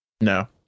No